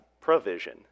Provision